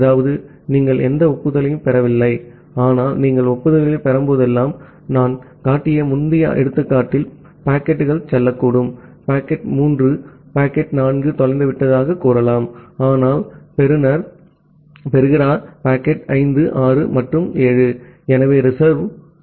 அதாவது நீங்கள் எந்த ஒப்புதலையும் பெறவில்லை ஆனால் நீங்கள் சில ஒப்புதல்களைப் பெறும்போதெல்லாம் நான் காட்டிய முந்தைய எடுத்துக்காட்டில் பாக்கெட்டுகள் சொல்லக்கூடும் பாக்கெட் 3 பாக்கெட் 4 தொலைந்துவிட்டதாகக் கூறலாம் ஆனால் பெறுநர் பெறுகிறார் பாக்கெட் 5 6 மற்றும் 7 ஆகும்